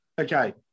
Okay